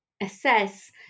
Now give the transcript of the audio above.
assess